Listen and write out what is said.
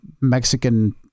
Mexican